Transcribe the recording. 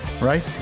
right